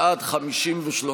בעד, 53,